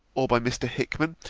or by mr. hickman,